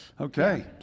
Okay